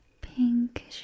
pink